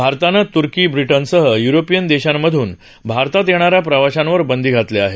भारतानं त्र्की ब्रिटनसह य्रोपीयन देशांमधून भारतात येणाऱ्या प्रवाशांवर बंदी घातली आहे